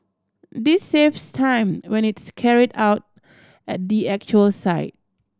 this saves time when it is carried out at the actual site